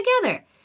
together